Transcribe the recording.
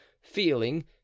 feeling